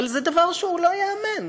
אבל זה דבר שהוא לא ייאמן,